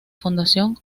fundación